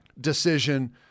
decision